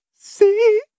see